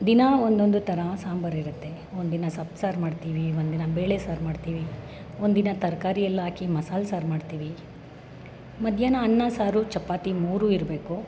ದಿನ ಒಂದೊಂದು ಥರ ಸಾಂಬರಿರುತ್ತೆ ಒಂದಿನ ಸೊಪ್ಸಾರು ಮಾಡ್ತೀವಿ ಒಂದಿನ ಬೇಳೆ ಸಾರು ಮಾಡ್ತೀವಿ ಒಂದಿನ ತರಕಾರಿ ಎಲ್ಲ ಹಾಕಿ ಮಸಾಲೆ ಸಾರು ಮಾಡ್ತೀವಿ ಮಧ್ಯಾಹ್ನ ಅನ್ನ ಸಾರು ಚಪಾತಿ ಮೂರೂ ಇರಬೇಕು